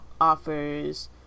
offers